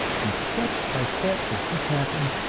and step by step as this happens,